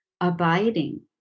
abiding